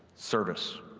service.